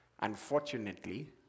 unfortunately